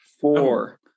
Four